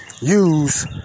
use